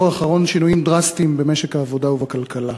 האחרון שינויים דרסטיים במשק העבודה ובכלכלה.